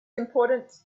important